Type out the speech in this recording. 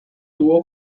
tuvo